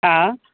हा